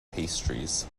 pastries